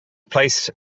placed